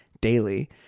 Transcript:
daily